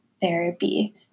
therapy